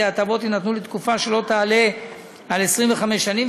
ההטבות יינתנו לתקופה שלא תעלה על 25 שנים,